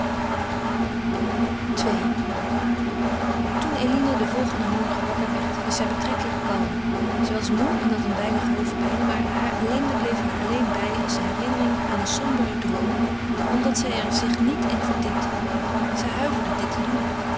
ii toen eline den volgenden morgen wakker werd was zij betrekkelijk kalm zij was moe en had een weinig hoofdpijn maar heur ellende bleef haar alleen bij als de herinnering aan een somberen droom omdat zij er zich niet in verdiepte zij huiverde dit te doen